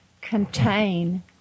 contain